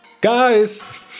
Guys